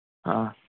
ꯑꯥ